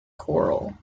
chorale